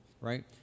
Right